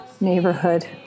neighborhood